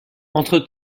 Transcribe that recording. entre